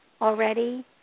already